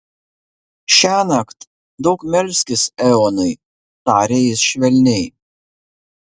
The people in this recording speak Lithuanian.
šiąnakt daug melskis eonai tarė jis švelniai